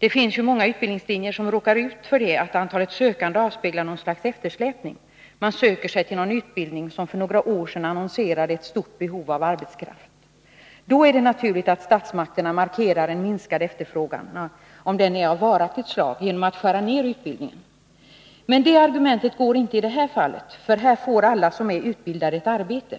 Det finns ju många utbildningslinjer som råkar ut för att antalet sökande avspeglar något slags eftersläpning — man 97 söker sig till en utbildning som för några år sedan annonserade ett stort behov av arbetskraft. Då är det naturligt att statsmakterna markerar en minskad efterfrågan, om den är av varaktigt slag, genom att skära ner utbildningen. Men det argumentet är inte tillämpligt i det här fallet, för på detta område får ju alla som är utbildade ett arbete.